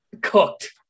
Cooked